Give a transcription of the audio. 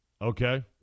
Okay